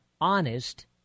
Honest